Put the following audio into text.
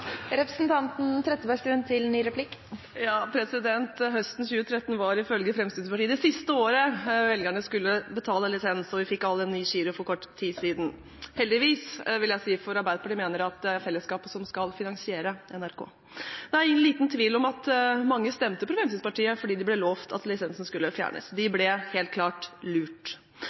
Høsten 2013 var ifølge Fremskrittspartiet det siste året velgerne skulle betale lisens, og vi fikk alle en ny giro for kort tid siden – heldigvis, vil jeg si, for Arbeiderpartiet mener at det er fellesskapet som skal finansiere NRK. Det er liten tvil om at mange stemte på Fremskrittspartiet fordi de ble lovet at lisensen skulle fjernes. De ble helt klart lurt.